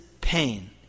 pain